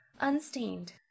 unstained